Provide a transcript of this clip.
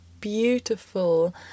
beautiful